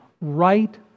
right